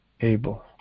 Abel